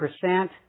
percent